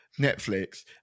Netflix